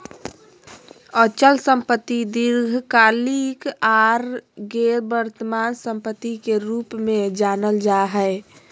अचल संपत्ति दीर्घकालिक आर गैर वर्तमान सम्पत्ति के रूप मे जानल जा हय